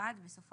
הצעת